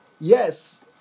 yes